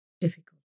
difficult